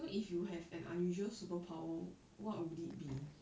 so if you have an unusual superpower what would it be